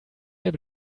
elbe